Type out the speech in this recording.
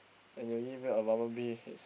and they'll give you a Bumblebee